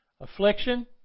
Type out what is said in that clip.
Affliction